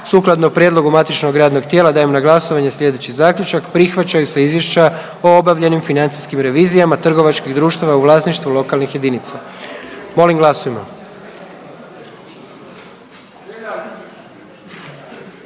Sukladno prijedlogu matičnog radnog tijela dajem na glasovanje slijedeći zaključak. Prihvaća se Izvješće o obavljenim financijskim revizijama lokalnih jedinica. Molim glasujmo.